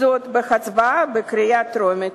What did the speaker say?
זו בקריאה טרומית.